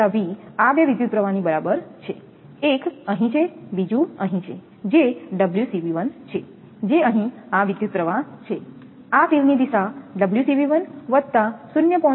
તેથી વત્તા V આ બે વિદ્યુતપ્રવાહ ની બરાબર છે એક અહીં છે બીજું અહીં છે જે છે જે અહીં આ વિદ્યુતપ્રવાહ છે આ તીરની દિશા વત્તા 0